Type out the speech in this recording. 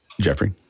Jeffrey